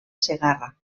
segarra